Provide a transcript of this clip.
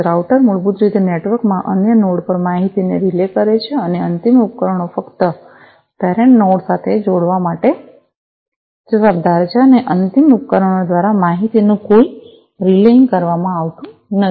router મૂળભૂત રીતે network માં અન્ય નોડ પર માહિતીને રિલે કરે છે અને અંતિમ ઉપકરણો ફક્ત પેરેંટ નોડ સાથે જોડાવા માટે જવાબદાર છે અને અંતિમ ઉપકરણો દ્વારા માહિતીનું કોઈ રિલેંગ કરવામાં આવતું નથી